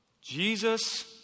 Jesus